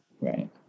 Right